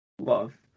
Love